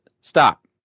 stop